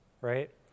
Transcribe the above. right